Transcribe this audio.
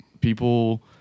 people